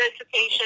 education